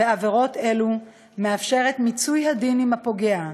בעבירות אלו מאפשרת את מיצוי הדין עם הפוגע,